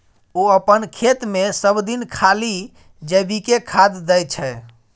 ओ अपन खेतमे सभदिन खाली जैविके खाद दै छै